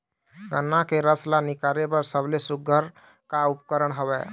गन्ना के रस ला निकाले बर सबले सुघ्घर का उपकरण हवए?